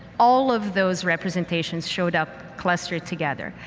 all of those representations showed up clustered together.